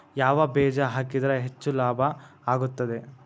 ಯಾವ ಬೇಜ ಹಾಕಿದ್ರ ಹೆಚ್ಚ ಲಾಭ ಆಗುತ್ತದೆ?